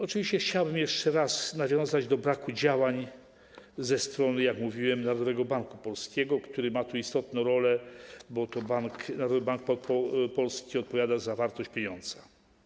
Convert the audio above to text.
Oczywiście chciałbym jeszcze raz nawiązać do braku działań ze strony, jak mówiłem, Narodowego Banku Polskiego, który ma istotną rolę, bo to Narodowy Bank Polski odpowiada za wartość pieniądza.